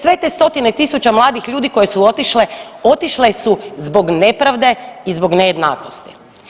Sve te stotine tisuća mladih ljudi koje su otišle, otišle su zbog nepravde i zbog nejednakosti.